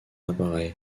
appareil